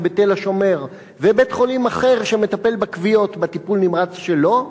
ב"תל השומר" ובין בית-חולים אחר שמטפל בכוויות בטיפול נמרץ שלו,